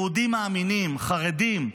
יהודים מאמינים, חרדים,